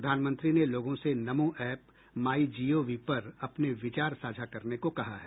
प्रधानमंत्री ने लोगों से नमो ऐप माइ जीओवी पर अपने विचार साझा करने को कहा है